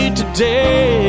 today